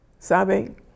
Sabe